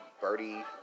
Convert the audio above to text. Birdie